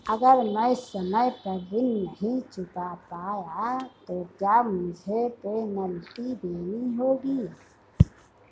अगर मैं समय पर ऋण नहीं चुका पाया तो क्या मुझे पेनल्टी देनी होगी?